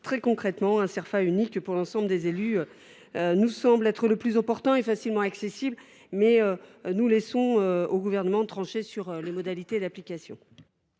Très concrètement, un Cerfa unique pour l’ensemble des élus nous semble la solution la plus opportune et facilement accessible, mais nous laissons le Gouvernement trancher sur les modalités d’application.